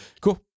cool